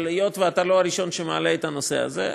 אבל היות שאתה לא הראשון שמעלה את הנושא הזה,